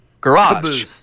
garage